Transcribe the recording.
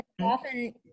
Often